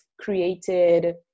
created